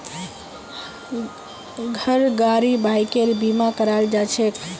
घर गाड़ी बाइकेर बीमा कराल जाछेक